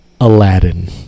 Aladdin